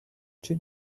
too